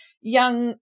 young